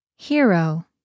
Hero